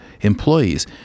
employees